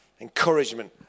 encouragement